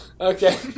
Okay